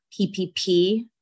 PPP